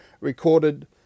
recorded